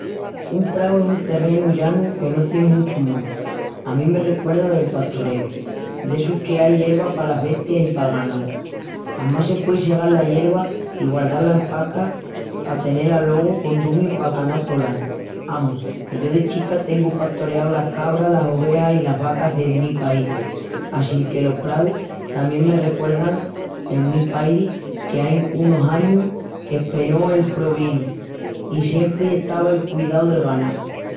Un prau es un terrenu llanu que no tien muchu monti. A mí me recuerda del pastoreu. D'essus qu'ai yerva palas bestias i pal ganau. Amás se puei segal la yerva i guardá-la en pacas pa tenel alogu condumiu pal ganau tol añu. Amus, que yo de chica tengu pastoreau las cabras, las ovejas i las vacas de mi pairi assínque los praus tamién me recuerdan de mi pairi que ai unus añus que espenó el probinu i siempri estava al cudiu del ganau.